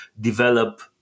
develop